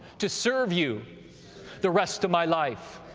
to serve you the rest of my life.